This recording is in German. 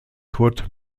tourt